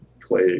play